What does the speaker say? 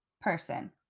person